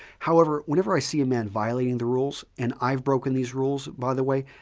however, whenever i see a man violating the rules, and i've broken these rules by the way,